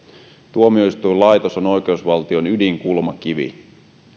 tuomioistuinlaitos on oikeusvaltion ydinkulmakivi